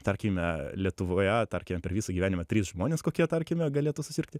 tarkime lietuvoje tarkim per visą gyvenimą trys žmonės kokie tarkime galėtų susirgti